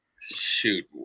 Shoot